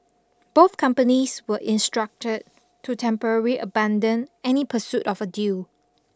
both companies were instructed to temporary abandon any pursuit of a deal